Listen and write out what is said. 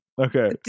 Okay